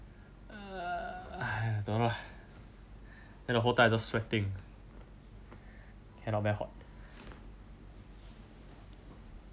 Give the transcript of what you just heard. err !haiya! don't know lah then whole time I just sweating cannot very hot